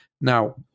Now